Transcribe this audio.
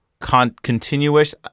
Continuous